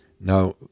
Now